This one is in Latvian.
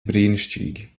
brīnišķīgi